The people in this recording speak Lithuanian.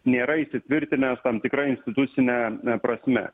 nėra įsitvirtinęs tam tikra institucine prasme